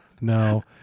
No